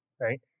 right